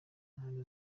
impande